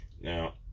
Now